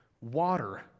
water